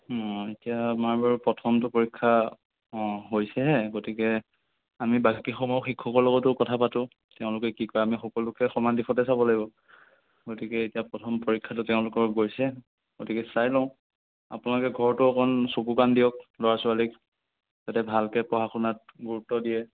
অ এতিয়া আমাৰ বাৰু প্ৰথমটো পৰীক্ষা অ হৈছেহে গতিকে আমি বাকীসকল শিক্ষকৰ লগতো কথা পাতোঁ তেওঁলোকে কি কয় আমি সকলোকে সমান দিশতে চাব লাগিব গতিকে এতিয়া প্ৰথম পৰীক্ষাটো তেওঁলোকৰ গৈছে গতিকে চাই লওঁ আপোনালোকে ঘৰতো অকণমান চকু কাণ দিয়ক ল'ৰা ছোৱালীক যাতে ভালকৈ পঢ়া শুনাত গুৰুত্ব দিয়ে